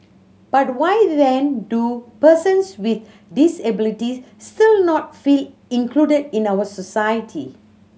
but why then do persons with disabilities still not feel included in our society